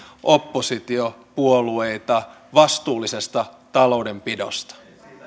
oppositiopuolueita vastuullisesta taloudenpidosta